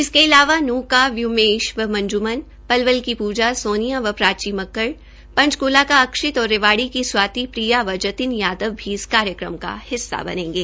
इसके अलावा नूंह का व्योमेश व मंजुमन पलवल की पूजा सोनिया व प्राची मक्कड़ पंचकूला का अक्षित और रेवाड़ी की स्वाती प्रिया व जतिन यादव भी इस कार्यक्रम का हिस्सा बनेंगे